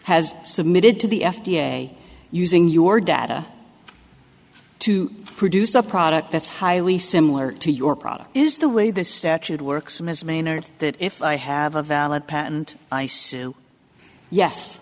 has submitted to the f d a using your data to produce a product that's highly similar to your product is the way the statute works misdemeanor that if i have a valid patent i sue yes